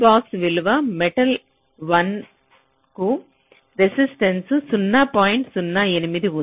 R box విలువ metal 1 కు resistance 0